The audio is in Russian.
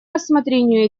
рассмотрению